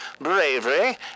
bravery